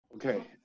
Okay